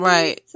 Right